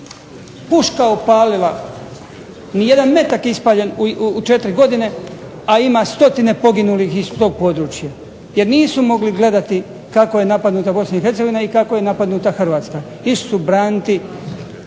puška opalila ni jedan metak ispaljen u 4 godine, a ima stotine poginulih iz tog područja. Jer nisu mogli gledati kako je napadnuta BiH i kako je napadnuta Hrvatska. Išli su braniti